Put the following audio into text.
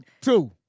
Two